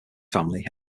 family